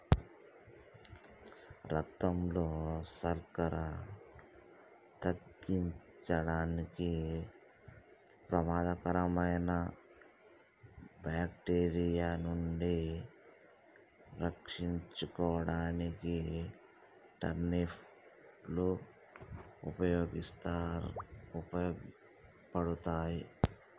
రక్తంలో సక్కెర తగ్గించడానికి, ప్రమాదకరమైన బాక్టీరియా నుండి రక్షించుకోడానికి టర్నిప్ లు ఉపయోగపడతాయి